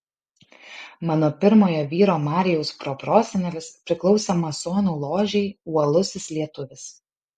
mano pirmojo vyro marijaus proprosenelis priklausė masonų ložei uolusis lietuvis